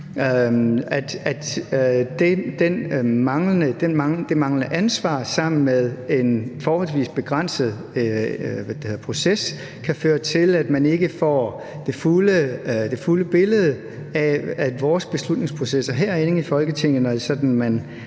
at det manglende ansvar sammen med en forholdsvis begrænset proces kan føre til, at man ikke får det fulde billede af vores beslutningsprocesser herinde i Folketinget, når det er sådan,